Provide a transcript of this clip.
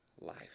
life